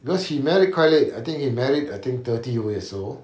because he married quite late I think he married I think thirty over years old